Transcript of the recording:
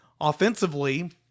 Offensively